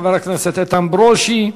חבר הכנסת איתן ברושי,